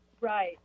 Right